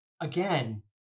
again